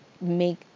make